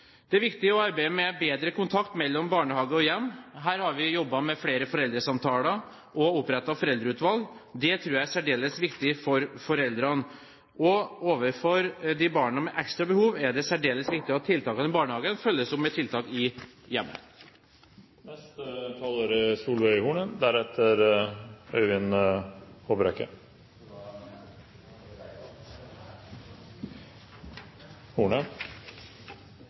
Det er viktig å arbeide med bedre kontakt mellom barnehage og hjem. Her har vi jobbet med å få flere foreldresamtaler og opprettet foreldreutvalg. Det tror jeg er særdeles viktig for foreldrene, og overfor de barna som har ekstra behov, er det særdeles viktig at tiltakene i barnehagen følges opp med tiltak i hjemmet.